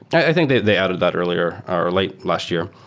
i think they they added that earlier or late last year.